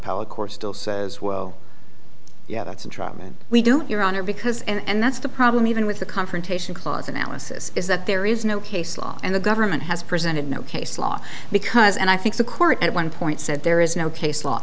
court still says well yeah that's a drum and we do your honor because and that's the problem even with the confrontation clause analysis is that there is no case law and the government has presented no case law because and i think the court at one point said there is no case law